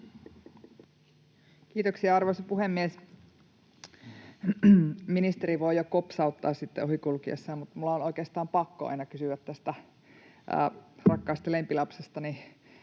Kiitoksia, arvoisa puhemies! Ministeri voi jo kopsauttaa sitten ohi kulkiessaan, mutta minun on oikeastaan pakko aina kysyä tästä rakkaasta lempilapsestani